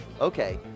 Okay